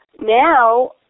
Now